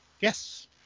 Yes